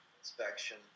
inspection